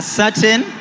certain